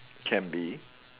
can be